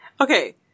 Okay